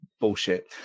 bullshit